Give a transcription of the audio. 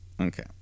Okay